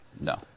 No